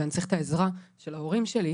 אבל אני צריך את העזרה של ההורים שלי,